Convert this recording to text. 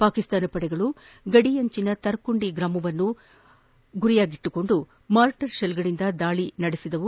ಪಾಕಿಸ್ತಾನ ಪಡೆಗಳು ಗಡಿ ಅಂಚಿನ ತರ್ಕುಂಡಿ ಗ್ರಾಮವನ್ನು ಗುರಿಯಾಗಿಸಿಕೊಂಡು ಮಾರ್ಟರ್ ತೆಲ್ಗಳಿಂದ ದಾಳಿಯನ್ನು ನಡೆಸಿತು